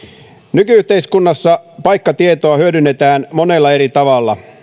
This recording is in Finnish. nyky yhteiskunnassa paikkatietoa hyödynnetään monella eri tavalla